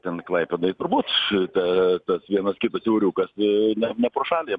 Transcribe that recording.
ten klaipėdoj turbūt tas vienas kitas euriukas ne ne pro šalį